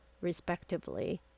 respectively